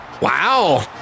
Wow